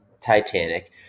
Titanic